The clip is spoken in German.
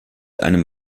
einem